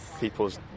people's